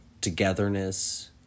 togetherness